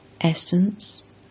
Essence